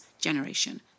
generation